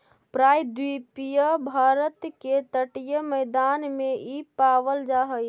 प्रायद्वीपीय भारत के तटीय मैदान में इ पावल जा हई